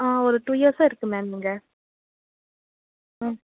ஆ ஒரு டூ இயர்ஸாக இருக்குது மேம் இங்கே ஆ